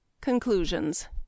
Conclusions